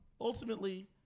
Ultimately